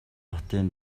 хотын